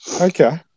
Okay